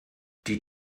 die